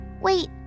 Wait